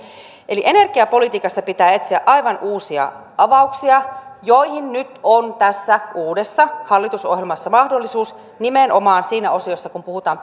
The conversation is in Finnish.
eli energiapolitiikassa pitää etsiä aivan uusia avauksia joihin nyt on tässä uudessa hallitusohjelmassa mahdollisuus nimenomaan siinä osiossa kun puhutaan